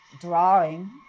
drawing